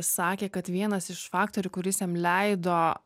sakė kad vienas iš faktorių kuris jam leido